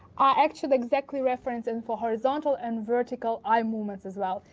are actually exactly referenced in for horizontal and vertical eye movements as well.